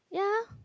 yeah